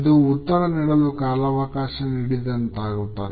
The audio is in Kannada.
ಇದು ಉತ್ತರ ನೀಡಲು ಕಾಲಾವಕಾಶ ನೀಡಿದಂತಾಗುತ್ತದೆ